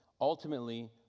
Ultimately